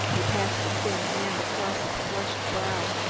he passed a thin hand across his flushed brow,